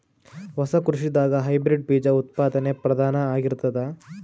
ಹೊಸ ಕೃಷಿದಾಗ ಹೈಬ್ರಿಡ್ ಬೀಜ ಉತ್ಪಾದನೆ ಪ್ರಧಾನ ಆಗಿರತದ